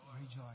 Rejoice